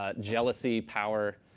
ah jealousy, power.